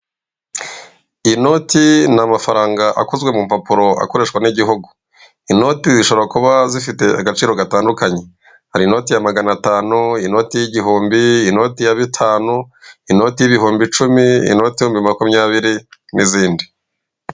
Inote ni amafaranga akozwe mu mpapuro akoreshwa n'igihugu. Inote zishobora kuba zifite agaciro gatandukanye. Hari inote ya magana atanu, inote y'igihumbi, inote ya bitanu, inote y'ibihumbi icumi, inote y'ibihumbi makumyabiri n'izindi.